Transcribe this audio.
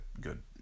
good